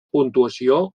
puntuació